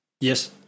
Yes